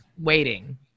waiting